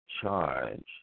charge